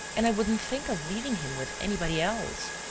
and i wouldn't think of leaving him with anybody else.